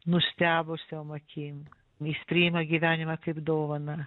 nustebusiom akim jis priima gyvenimą kaip dovaną